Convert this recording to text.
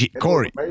Corey